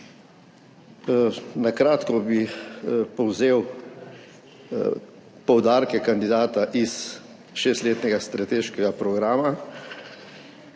Na kratko bi povzel poudarke kandidata iz šestletnega strateškega programa.